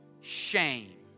shame